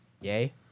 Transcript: Yay